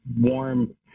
warm